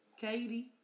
Katie